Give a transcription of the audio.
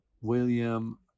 William